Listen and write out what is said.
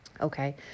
Okay